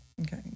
Okay